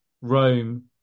Rome